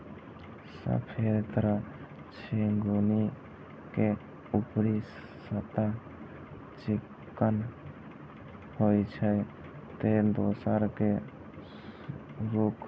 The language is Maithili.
एक तरह झिंगुनी के ऊपरी सतह चिक्कन होइ छै, ते दोसर के रूख